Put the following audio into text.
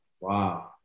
Wow